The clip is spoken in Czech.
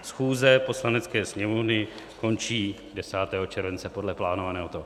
Schůze Poslanecké sněmovny končí 10. července podle plánovaného toho.